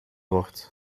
wordt